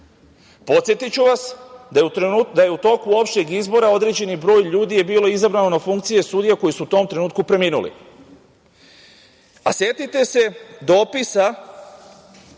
vas da je u toku opšteg izbora određeni broj ljudi bio izabran na funkcije sudija koje su u tom trenutku preminule. Setite se dopisa